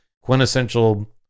Quintessential